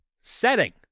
Setting